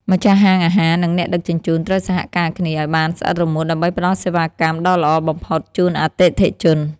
ម្ចាស់ហាងអាហារ និងអ្នកដឹកជញ្ជូនត្រូវសហការគ្នាឱ្យបានស្អិតរមួតដើម្បីផ្ដល់សេវាកម្មដ៏ល្អបំផុតជូនអតិថិជន។